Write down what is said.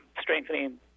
strengthening